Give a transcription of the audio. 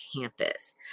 campus